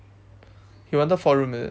he wanted four room is it